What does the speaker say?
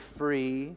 free